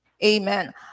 Amen